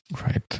Right